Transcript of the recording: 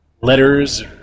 letters